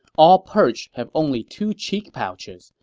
all perch have only two cheek pouches,